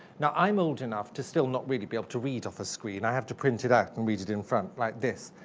now, i'm old enough to still not really be able to read off a screen. i have to print it out and read it in front, like this.